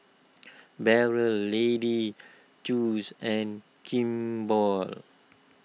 Barrel Lady's joice and Kimball